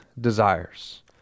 desires